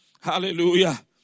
Hallelujah